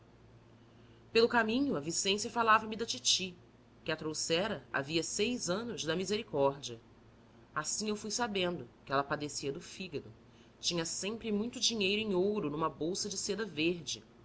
pelo caminho a vicência falava-me da titi que a trouxera havia seis anos da misericórdia assim eu fui sabendo que ela padecia do fígado tinha sempre muito dinheiro em ouro numa bolsa de seda verde